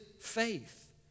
faith